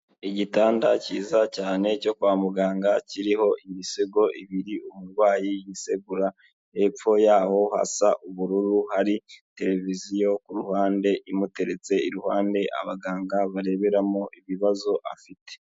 Igitanda kiza cyane cyo kwa muganga, kiriho imisego ibiri umurwayi yisegura, hepfo yaho hasa ubururu, hari televiziyo ku ruhande imuteretse iruhande, abaganga bareberamo ibibazo afite.